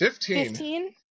Fifteen